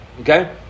Okay